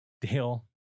Dale